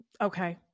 Okay